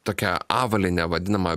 tokia avalyne vadinama